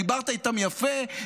דיברת איתם יפה,